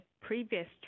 previous